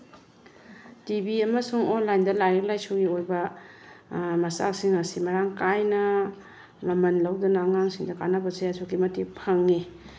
T V ꯑꯃꯁꯨꯡ ꯑꯣꯟꯂꯥꯏꯟꯗ ꯂꯥꯏꯔꯤꯛ ꯂꯥꯏꯁꯨꯒꯤ ꯑꯣꯏꯕ ꯃꯆꯥꯛꯁꯤꯡ ꯑꯁꯤ ꯃꯔꯥꯡ ꯀꯥꯏꯅ ꯃꯃꯜ ꯂꯧꯗꯅ ꯑꯉꯥꯡꯁꯤꯡꯗ ꯀꯥꯟꯅꯕꯁꯦ ꯑꯁꯨꯛꯀꯤ ꯃꯇꯤꯛ ꯐꯪꯉꯤ